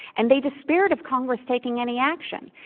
and they despaired of congress taking any action.